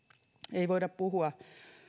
ei voida puhua